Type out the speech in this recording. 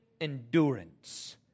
endurance